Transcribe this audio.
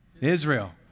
Israel